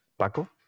Paco